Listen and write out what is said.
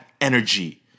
energy